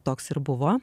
toks ir buvo